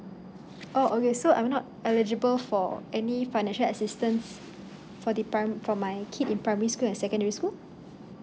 oh okay so I'm not eligible for any financial assistance for the pri~ fro my kid in primary school and secondary school